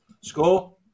score